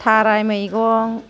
थाराय मैगं